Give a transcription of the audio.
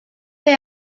est